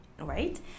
right